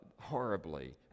horribly